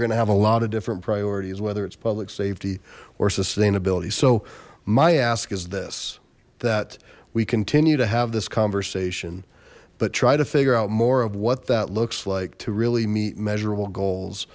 are gonna have a lot of different priorities whether it's public safety or sustainability so my ask is this that we continue to have this conversation but try to figure out more of what that looks like to really meet measurable goals